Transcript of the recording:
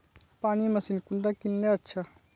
पानी मशीन कुंडा किनले अच्छा?